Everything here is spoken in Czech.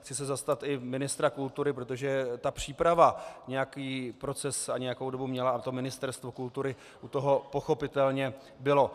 Chci se zastat i ministra kultury, protože ta příprava nějaký proces a nějakou dobu měla a to Ministerstvo kultury u toho pochopitelně bylo.